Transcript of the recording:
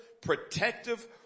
protective